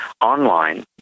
online